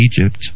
Egypt